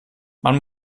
man